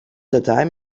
datei